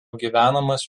gyvenamas